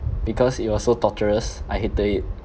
because it was so torturous I hated it